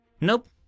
Nope